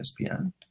ESPN